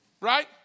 right